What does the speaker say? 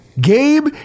Gabe